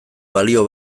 balio